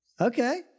Okay